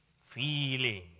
Feeling